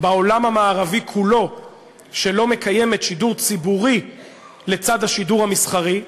בעולם המערבי כולו שלא מקיימת שידור ציבורי לצד השידור המסחרי.